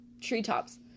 treetops